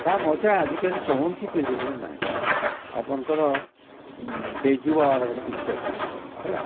ତା ମଜା ଆଜିକାଲି କୌଣସି ଫିଲ୍ମରେ ନାଇଁ ଆପଣଙ୍କର ବେଜୁବାର ଗୋଟେ ପିକ୍ଚର୍ ଥିଲା ହେଲା